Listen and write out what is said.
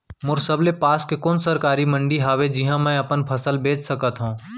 मोर सबले पास के कोन सरकारी मंडी हावे जिहां मैं अपन फसल बेच सकथव?